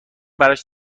براش